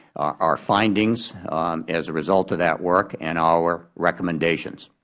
our findings as a result of that work and our recommendations.